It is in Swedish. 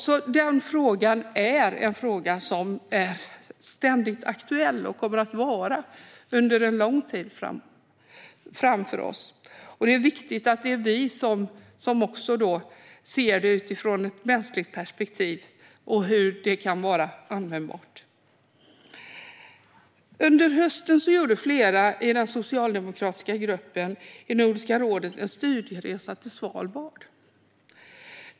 Det här är alltså en fråga som är ständigt aktuell och kommer att så vara under en lång tid framför oss. Det är viktigt att vi är med och ser detta utifrån ett mänskligt perspektiv och ser hur det kan vara användbart. Under hösten gjorde flera i den socialdemokratiska gruppen i Nordiska rådet en studieresa till Svalbard.